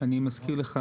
אני מזכיר לך,